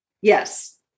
yes